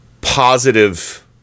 positive